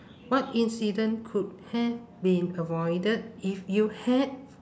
what incident could have been avoided if you had